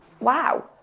wow